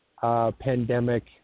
pandemic